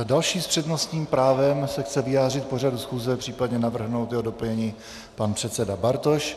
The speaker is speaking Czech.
Další s přednostním právem se chce vyjádřit k pořadu schůze, případně navrhnout její doplnění, pan předseda Bartoš.